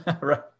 right